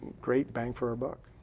great bang for or buck.